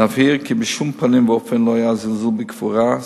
נבהיר כי בשום פנים ואופן לא היה זלזול בקבורה,